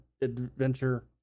adventure